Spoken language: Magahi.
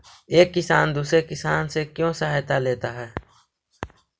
एक किसान दूसरे किसान से क्यों सहायता लेता है?